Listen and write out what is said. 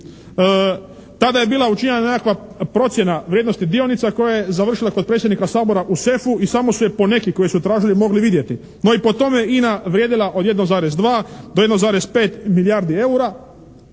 tada je bila učinjena nekakva procjena vrijednosti dionica koja je završila kod predsjednika Sabora u sefu i samo su je poneki koji su tražili mogli vidjeti. No, i po tome je INA vrijedila od 1,2 do 1,5 milijardi eura